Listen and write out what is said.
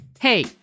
Hey